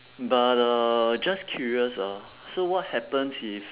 but uh just curious ah so what happens if